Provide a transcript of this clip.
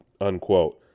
Unquote